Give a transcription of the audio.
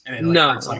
No